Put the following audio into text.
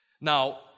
Now